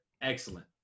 Excellent